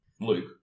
Luke